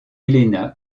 helena